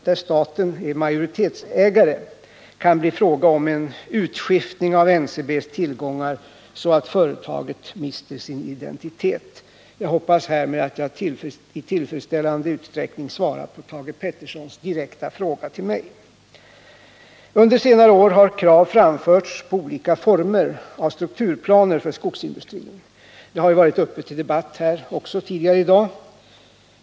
där staten är majoritetsägare, kan bli fråga om en utskiftning av NCB:s tillgångar så att företaget mister sin identitet. Jag hoppas att jag härmed i tillfredsställande utsträckning har svarat på Thage Petersons fråga till mig. Under senare år har krav framförts på olika former av strukturplaner för skogsindustrin. Den frågan har också varit uppe till debatt här tidigare i dag.